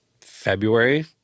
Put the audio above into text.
february